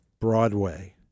Broadway